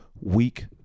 week